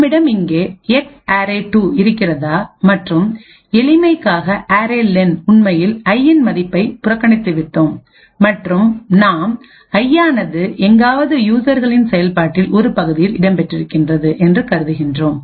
நம்மிடம் இங்கே எக்ஸ் அரே2 இருக்கிறதா மற்றும் எளிமைக்காக அரே லென்array lenஉண்மையில் ஐயின் மதிப்பை புறக்கணித்துவிட்டோம் மற்றும் நாம் ஐயானது எங்காவது யூசர்களின் செயல்பாட்டின் ஒரு பகுதியில் இடம்பெற்றிருக்கின்றது என்று கருதுகிறோம்